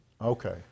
okay